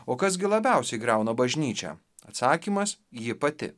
o kas gi labiausiai griauna bažnyčią atsakymas ji pati